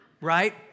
right